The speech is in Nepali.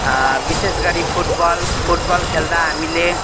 बिशेष गरी फुटबल फुटबल खेल्दा हामीले